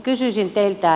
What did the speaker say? kysyisin teiltä